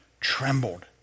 Trembled